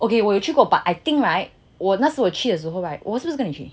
okay 我有去过 but I think right 我那时我去的时候我是不是跟你去